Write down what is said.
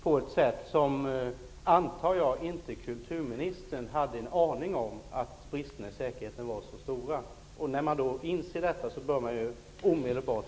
Jag antar att kulturministern inte hade en aning om att bristerna i säkerheten var så stora. När man då inser detta bör man handla omedelbart.